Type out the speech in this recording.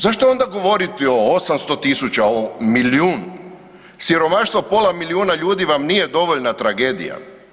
Zašto onda govoriti o 800 000, milijun siromaštva, pola milijuna ljudi vam nije dovoljna tragedija?